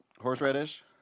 Horseradish